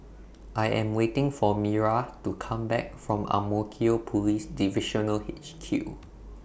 I Am waiting For Myra to Come Back from Ang Mo Kio Police Divisional H Q